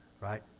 Right